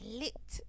lit